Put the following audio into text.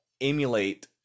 emulate